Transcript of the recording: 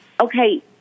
okay—